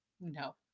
No